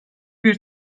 bir